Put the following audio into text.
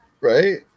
right